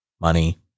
money